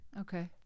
Okay